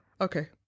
Okay